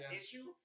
issue